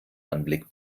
anblick